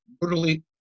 brutally